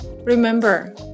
Remember